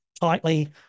tightly